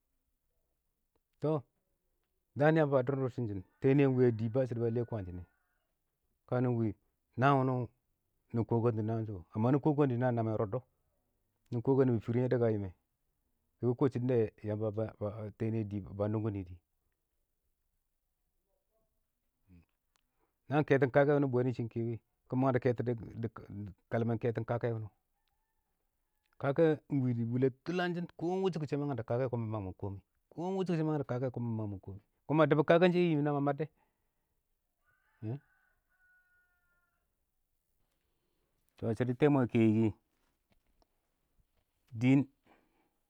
﻿tɔ daan yamba ba dur nɪ shɪshɪn, tɛɛ nɪyɛ wɪ a dii ba shɪdɔ ba lɛm kwaan shɪn nɛ, ka nɪ wɪ naan wʊnɪ nɪ kɔkang tʊ wɪ kɔn nɪ kɔkang dɛ naan namɛn rɔddɔ, nɪ kɔkang nɪbʊ fɪrɪm yɛ da ba ru, nɪ kɔ shɪdɔn da tamba tɛɛnɪye dɪ ba nʊngi dɪ, naan kɛtɔn kakɛ mⱳɛ shɛ kɛ wɪ, kɪ mang dɛ dɪ kalmɛ, ɪng kashɔ kɛtɔn kalmɛ, ɪng kake, kakɛ ɪng dɪ wulə tʊlangshɪn, kɔ ɪng wʊshʊ kɔ shɛ ma nam dɪ kakɛ kɔn bɪ mang mɪn kimgɛ, kɔ ɪng wʊshɔ shɛ ma nam dɪ kakɛ, kɔn na dɪbɔ kakɛ, mɪn naba mab dɛ. Tɔ shɪdɔ tɛɛ mwɛeɛ a kɛyɪ kɪ diɪn